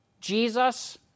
Jesus